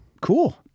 Cool